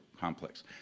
complex